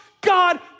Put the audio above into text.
God